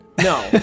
no